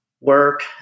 work